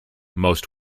most